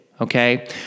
okay